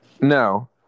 No